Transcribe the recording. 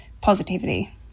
positivity